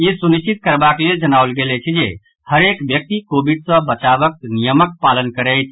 ई सुनिश्चित करबाक लेल जनाओल गेल अछि जे हरेक व्यक्ति कोविड सॅ बचावक नियमक पालन करैथ